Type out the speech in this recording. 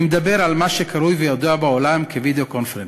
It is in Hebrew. אני מדבר על מה שקרוי וידוע בעולם כווידיאו קונפרנס.